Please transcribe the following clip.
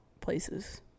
places